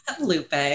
Lupe